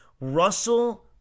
Russell